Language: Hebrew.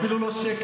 אפילו לא שקל.